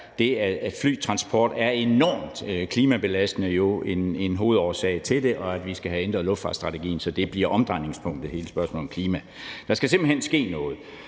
det, at flytransport er enormt klimabelastende, jo en hovedårsag til det, og at vi skal have ændret luftfartsstrategien, så hele spørgsmålet om klima bliver omdrejningspunktet. Der skal simpelt hen ske noget.